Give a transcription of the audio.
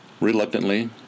Reluctantly